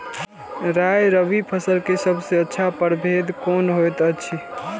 राय रबि फसल के सबसे अच्छा परभेद कोन होयत अछि?